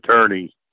attorney